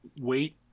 wait